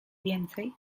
więcej